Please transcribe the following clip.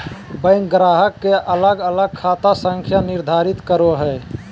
bank ग्राहक के अलग अलग खाता संख्या निर्धारित करो हइ